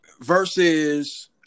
versus